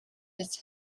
its